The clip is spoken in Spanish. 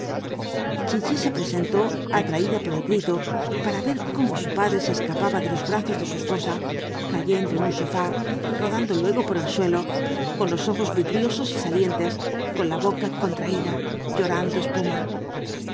chichi se presentó atraída por el grito para ver cómo su padre se escapaba de los brazos de su esposa cayendo en un sofá rodando luego por el suelo con los ojos vidriosos y salientes con la boca contraída llorando espuma